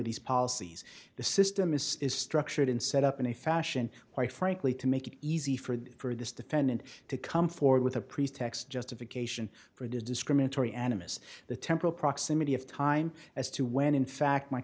of these policies the system is structured and set up in a fashion quite frankly to make it easy for for this defendant to come forward with a pretext justification for a discriminatory animus the temporal proximity of time as to when in fact my